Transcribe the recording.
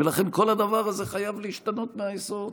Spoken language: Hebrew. ולכן כל הדבר הזה חייב להשתנות מהיסוד.